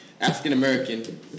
African-American